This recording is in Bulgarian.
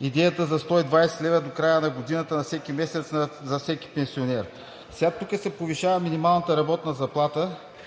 идеята за 120 лв. до края на годината – на всеки месец за всеки пенсионер, сега тук се повишава минималната работна заплата.